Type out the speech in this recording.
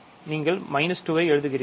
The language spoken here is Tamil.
நீங்கள் 2 ஐஎழுதுகிறீர்கள்